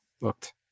looked